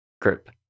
group